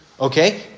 Okay